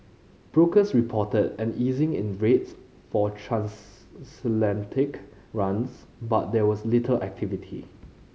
brokers reported an easing in rates for transatlantic runs but there was little activity